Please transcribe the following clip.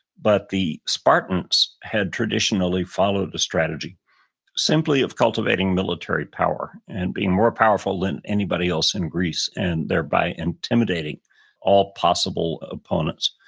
but the spartans had traditionally followed the strategy simply of cultivating military power and being more powerful than anybody else in greece and thereby intimidating all possible opponents.